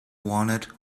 wanted